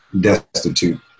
destitute